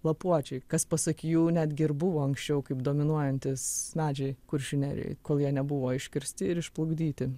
lapuočiai kas pasak jų netgi ir buvo anksčiau kaip dominuojantys medžiai kuršių nerijoj kol jie nebuvo iškirsti ir išplukdyti